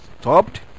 stopped